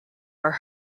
are